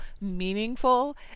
meaningful